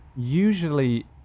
Usually